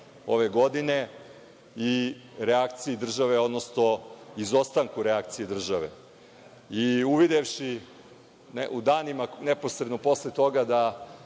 ove godine i reakciji države, odnosno izostanku reakcije države. Uvidevši u danima neposredno posle toga da